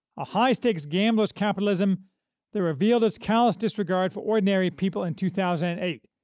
a high-stakes gamblers' capitalism that revealed its callous disregard for ordinary people in two thousand and eight,